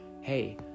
hey